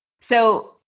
So-